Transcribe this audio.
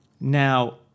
Now